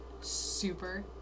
super